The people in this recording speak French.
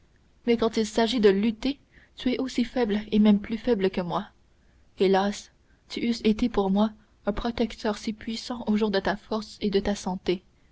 mais quand il s'agit de lutter tu es aussi faible et même plus faible que moi hélas tu eusses été pour moi un protecteur si puissant aux jours de ta force et de ta santé